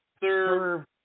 Sir